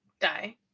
die